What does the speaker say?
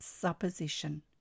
supposition